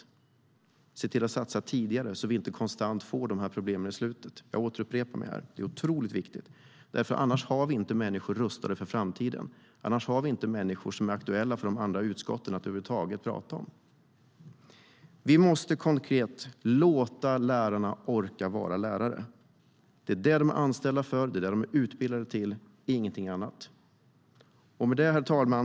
Vi ska se till att satsa tidigare så att vi inte konstant får dessa problem i slutet. Jag återupprepar mig här. Det är otroligt viktigt. Annars har vi inte människor rustade för framtiden. Annars har vi inte människor som är aktuella för de andra utskotten att över huvud taget tala om. Vi måste konkret låta lärarna orka vara lärare. Det är vad de är anställda för och utbildade till och ingenting annat. Herr talman!